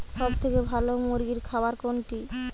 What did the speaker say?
সবথেকে ভালো মুরগির খাবার কোনটি?